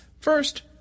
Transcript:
First